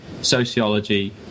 sociology